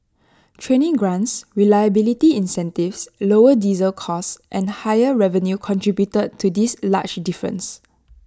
training grants reliability incentives lower diesel costs and higher revenue contributed to this large difference